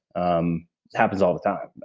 um happens all the time.